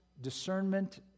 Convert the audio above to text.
discernment